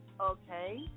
okay